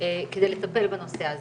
כדי לטפל בנושא הזה.